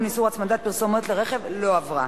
איסור הצמדת פרסומות לרכב) לא עברה.